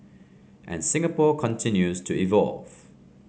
and Singapore continues to evolve